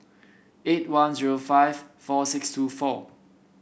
eight one zero five four six two four